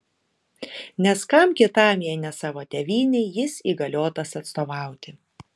nes kam kitam jei ne savo tėvynei jis įgaliotas atstovauti